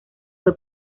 fue